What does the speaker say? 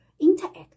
interact